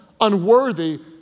unworthy